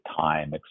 time